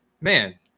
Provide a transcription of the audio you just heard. man